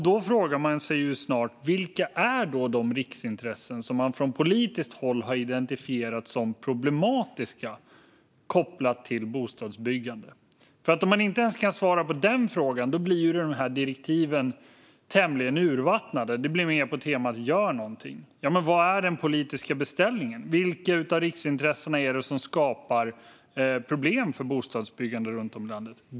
Då frågar man sig snart: Vilka är de riksintressen som har identifierats från politiskt håll som problematiska kopplat till bostadsbyggande? Om det inte går att svara ens på den frågan blir dessa direktiv tämligen urvattnade. Det blir mer på temat: Gör någonting! Vad är den politiska beställningen? Vilka riksintressen är det som skapar problem för bostadsbyggande runt om i landet?